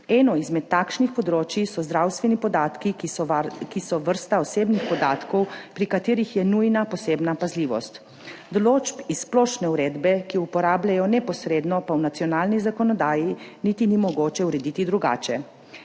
Eno izmed takšnih področij so zdravstveni podatki, ki so vrsta osebnih podatkov, pri katerih je nujna posebna pazljivost. Določb iz splošne uredbe, ki se uporabljajo neposredno, pa v nacionalni zakonodaji niti ni mogoče urediti drugače.